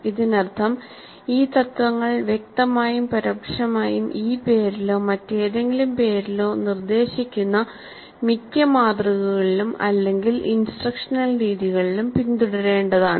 ഇതിനർത്ഥം ഈ തത്ത്വങ്ങൾ വ്യക്തമായും പരോക്ഷമായും ഈ പേരിലോ മറ്റേതെങ്കിലും പേരിലോ നിർദ്ദേശിക്കുന്ന മിക്ക മാതൃകകളിലും അല്ലെങ്കിൽ ഇൻസ്ട്രക്ഷണൽ രീതികളിലും പിന്തുടരേണ്ടതാണ്